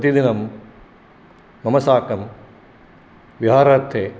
प्रतिदिनं मम साकं विहारार्थे